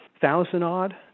thousand-odd